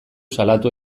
salatu